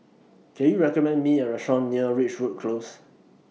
Can YOU recommend Me A Restaurant near Ridgewood Close